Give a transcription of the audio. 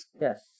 Yes